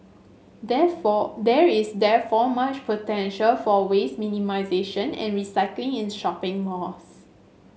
therefore there is therefore much potential for waste minimisation and recycling in shopping malls